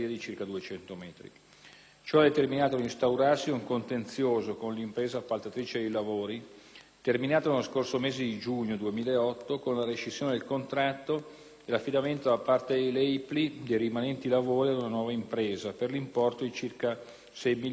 Ciò ha determinato l'instaurarsi di un contenzioso con l'impresa appaltatrice dei lavori, terminato nello scorso mese di giugno 2008 con la rescissione del contratto e l'affidamento da parte dell'EIPLI dei rimanenti lavori ad una nuova impresa per l'importo di circa 6.800.000 euro.